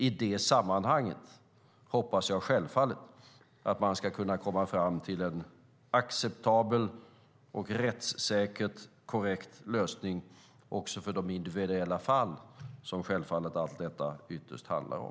I det sammanhanget hoppas jag självfallet att man ska kunna komma fram till en acceptabel och rättssäkert korrekt lösning också i de individuella fall som allt detta ytterst handlar om.